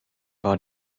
war